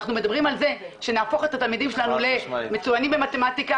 אנחנו מדברים על זה שנהפוך את התלמידים שלנו למצוינים במתמטיקה,